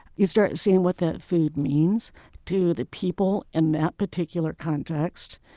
you start seeing what that food means to the people in that particular context.